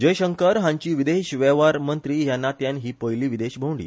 जयशंकर हांची विदेश वेव्हार मंत्री ह्या नात्यान हि पयली विदेश भोंवडी